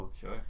sure